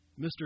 Mr